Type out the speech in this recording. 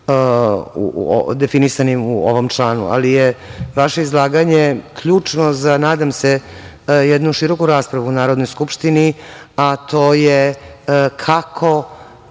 definisanim u ovom članu, ali je vaše izlaganje ključno za, nadam se, jednu široku raspravu u Narodnoj skupštini, a to je kako